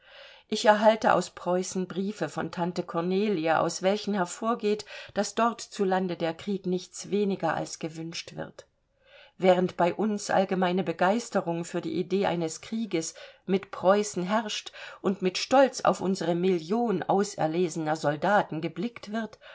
ich erhalte aus preußen briefe von tante kornelie aus welchen hervorgeht daß dort zu lande der krieg nichts weniger als gewünscht wird während bei uns allgemeine begeisterung für die idee eines krieges mit preußen herrscht und mit stolz auf unsere million auserlesener soldaten geblickt wird